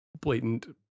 blatant